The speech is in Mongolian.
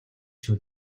шүү